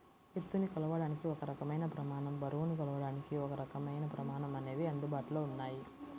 ఎత్తుని కొలవడానికి ఒక రకమైన ప్రమాణం, బరువుని కొలవడానికి ఒకరకమైన ప్రమాణం అనేవి అందుబాటులో ఉన్నాయి